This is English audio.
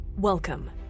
Welcome